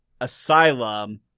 Asylum